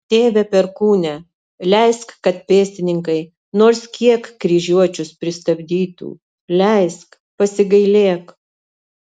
tėve perkūne leisk kad pėstininkai nors kiek kryžiuočius pristabdytų leisk pasigailėk